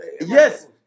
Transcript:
Yes